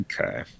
Okay